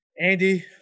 Andy